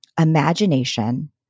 imagination